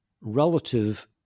relative